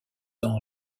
ans